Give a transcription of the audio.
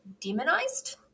demonized